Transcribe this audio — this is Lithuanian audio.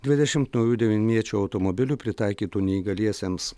dvidešimt naujų deviniečių automobilių pritaikytų neįgaliesiems